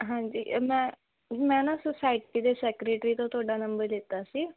ਹਾਂਜੀ ਅ ਮੈਂ ਮੈਂ ਨਾ ਸੁਸਾਈਟੀ ਦੇ ਸੈਕਰੇਟਰੀ ਤੋਂ ਤੁਹਾਡਾ ਨੰਬਰ ਲਿੱਤਾ ਸੀ